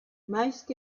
most